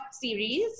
series